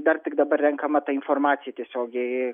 dar tik dabar renkama ta informacija tiesiogiai